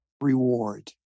reward